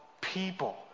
people